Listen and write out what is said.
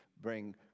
bring